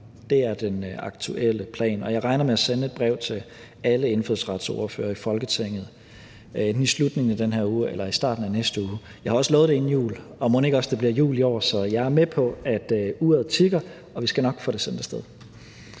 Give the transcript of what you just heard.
Det er den aktuelle plan. Jeg regner med at sende et brev til alle indfødsretsordførere i Folketinget enten i slutningen af den her uge eller i starten af næste uge. Jeg har også lovet, at det er inden jul, og mon ikke det også bliver jul i år. Så jeg er med på, at uret tikker, og vi skal nok få det sendt af sted.